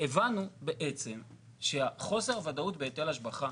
הבנו בעצם שחוסר הוודאות בהיטל השבחה